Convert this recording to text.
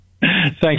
Thanks